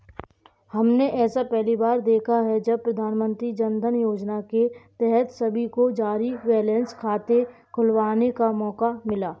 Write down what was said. हमने ऐसा पहली बार देखा है जब प्रधानमन्त्री जनधन योजना के तहत सभी को जीरो बैलेंस खाते खुलवाने का मौका मिला